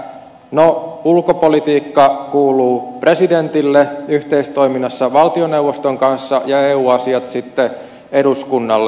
no ulkopolitiikka kuuluu presidentille yhteistoiminnassa valtioneuvoston kanssa ja eu asiat sitten eduskunnalle